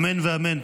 אמן ואמן.